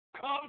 come